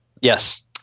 Yes